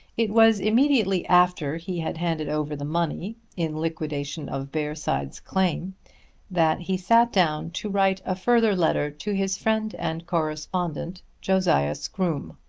it was immediately after he had handed over the money in liquidation of bearside's claim that he sat down to write a further letter to his friend and correspondent josiah scroome.